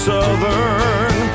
Southern